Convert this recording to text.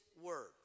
word